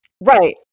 Right